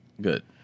Good